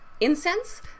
incense